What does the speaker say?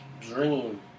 dream